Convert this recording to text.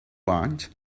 want